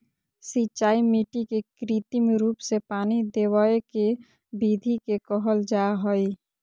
सिंचाई मिट्टी के कृत्रिम रूप से पानी देवय के विधि के कहल जा हई